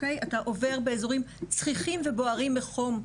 אתה עובר באזורים צחיחים ובוערים מחום.